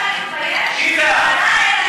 תתביישי לך על, היא צריכה להתבייש?